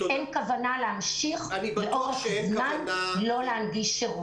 אין כוונה להמשיך לאורך זמן לא להנגיש שירות.